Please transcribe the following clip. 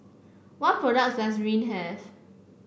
what products does Rene have